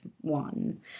one